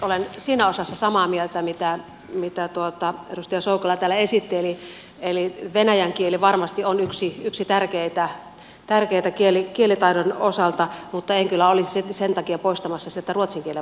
olen siinä osassa samaa mieltä mitä edustaja soukola täällä esitti eli venäjän kieli varmasti on yksi tärkeitä kielitaidon osalta mutta en kyllä olisi silti sen takia poistamassa sieltä ruotsin kielen vaatimusta